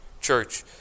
Church